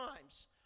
times